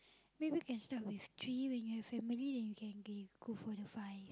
maybe can start with three when you have family then you can be go for the five